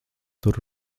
tur